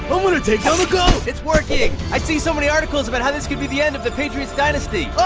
i'm going to take down the goat! it's working! i see so many articles about how this could be the end of the patriots dynasty. ah,